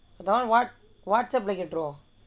that [one] what what's up like a draw